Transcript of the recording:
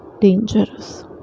dangerous